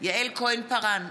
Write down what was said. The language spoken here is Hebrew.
יעל כהן-פארן,